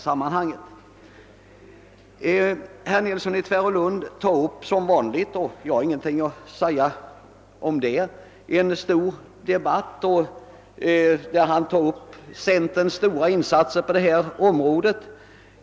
Sedan tog herr Nilsson i Tvärålund som vanligt upp en stor debatt — jag har ingenting att erinra däremot — och talade om centerns stora insatser på detta område.